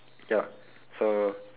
ya so